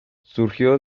surgió